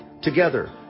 Together